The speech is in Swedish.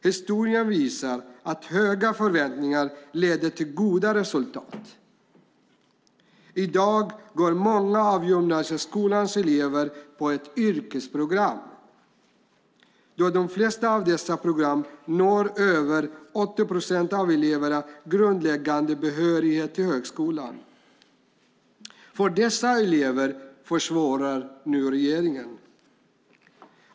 Historien visar att höga förväntningar leder till goda resultat. I dag går många av gymnasieskolans elever på ett yrkesprogram. På de flesta av dessa program når över 80 procent av eleverna grundläggande behörighet till högskolan. För dessa elever försvårar nu regeringen.